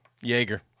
Jaeger